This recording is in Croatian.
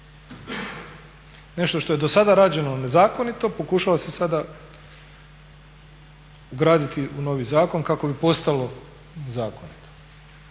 Nešto što je do sada rađeno nezakonito pokušava se sada ugraditi u novi zakon kako bi postalo novi zakon.